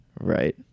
Right